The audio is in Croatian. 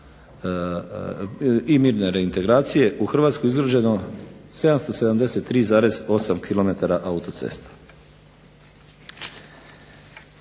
i mirne reintegracije u Hrvatskoj izgrađeno 773,8 km autocesta.